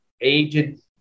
aged